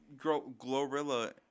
Glorilla